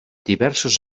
diversos